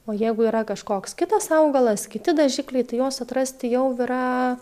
o jeigu yra kažkoks kitas augalas kiti dažikliai tai juos atrasti jau yra